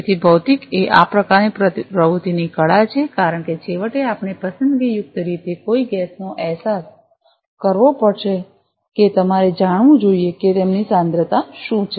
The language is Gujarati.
તેથી ભૌતિક એ આ પ્રકારની પ્રવૃત્તિની કળા છે કારણ કે છેવટે આપણે પસંદગીયુક્ત રીતે કોઈ ગેસનો અહેસાસ કરવો પડશે કે તમારે જાણવું જોઈએ કે તેમની સાંદ્રતા શું છે